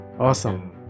Awesome